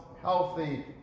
healthy